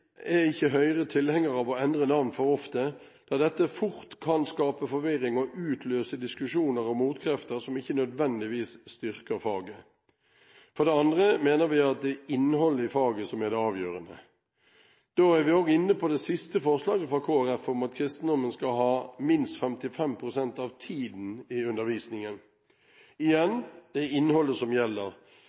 ikke Høyre tilhenger av å endre navn for ofte, da dette fort kan skape forvirring og utløse diskusjoner og motkrefter som ikke nødvendigvis styrker faget. For det andre mener vi at det er innholdet i faget som er det avgjørende. Da er vi også inne på det siste forslaget fra Kristelig Folkeparti, om at kristendommen skal ha minst 55 pst. av tiden i undervisningen. Igjen – det er innholdet som gjelder.